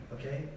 okay